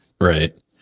Right